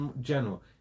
general